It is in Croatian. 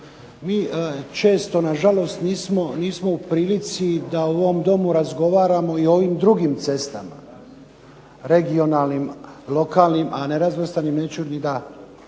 Mi često nažalost nismo u prilici da u ovom Domu razgovaramo i o ovim drugim cestama, regionalnim, lokalnim, a nerazvrstanim neću ni da